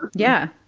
yeah.